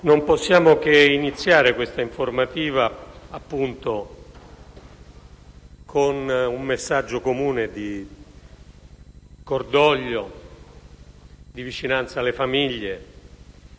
Non possiamo che iniziare questa informativa, quindi, con un messaggio comune di cordoglio e vicinanza alle famiglie.